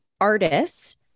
artists